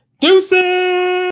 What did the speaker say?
Deuces